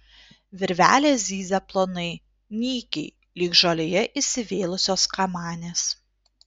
virvelės zyzia plonai nykiai lyg žolėje įsivėlusios kamanės